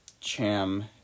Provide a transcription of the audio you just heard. Cham